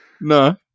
No